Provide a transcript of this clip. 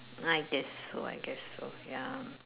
I guess so I guess so ya